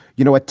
you know what?